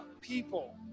people